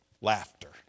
laughter